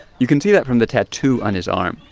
you can see that from the tattoo on his arm.